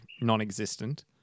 non-existent